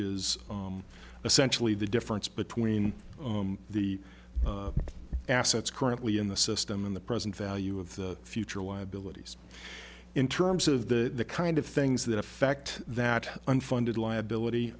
is essentially the difference between the assets currently in the system in the present value of the future liabilities in terms of the kind of things that affect that unfunded liability